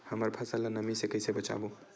हमर फसल ल नमी से क ई से बचाबो?